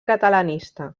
catalanista